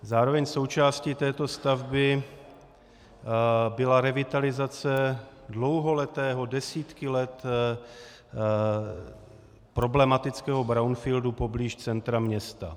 Zároveň součástí této stavby byla revitalizace dlouholetého, desítky let problematického brownfieldu poblíž centra města.